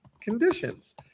conditions